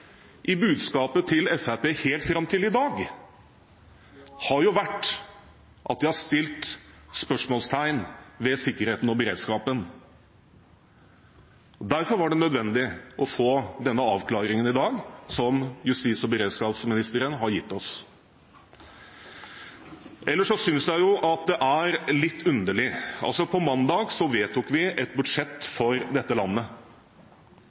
i budskapet til Fremskrittspartiet helt fram til i dag har vært at de har satt spørsmålstegn ved sikkerheten og beredskapen. Derfor var det nødvendig å få den avklaringen som justis- og beredskapsministeren i dag har gitt oss. Ellers er det noe jeg synes er litt underlig. På mandag vedtok vi et budsjett for dette landet.